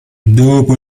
dopo